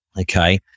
okay